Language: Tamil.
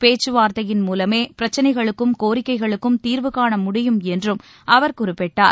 பேச்சு வார்த்தையின் மூலமே பிரச்னைகளுக்கும் கோரிக்கைகளுக்கும் தீர்வு காண முடியும் என்றும் அவர் குறிப்பிட்டார்